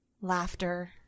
laughter